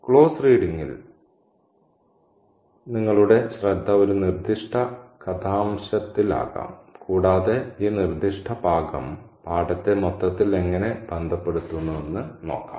close റീഡിങ്ൽ നിങ്ങളുടെ ശ്രദ്ധ ഒരു നിർദ്ദിഷ്ട കഥാംശത്തിൽ ആകാം കൂടാതെ ഈ നിർദ്ദിഷ്ട ഭാഗം പാഠത്തെ മൊത്തത്തിൽ എങ്ങനെ ബന്ധപ്പെടുത്തുന്നുവെന്ന് നോക്കാം